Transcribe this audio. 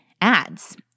Ads